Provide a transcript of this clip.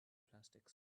plastics